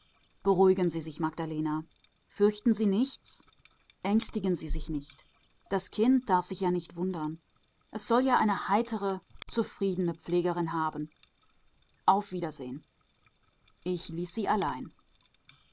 beruhigen sie sich magdalena fürchten sie nichts ängstigen sie sich nicht das kind darf sich ja nicht wundern es soll ja eine heitere zufriedene pflegerin haben auf wiedersehen ich ließ sie allein